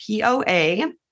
POA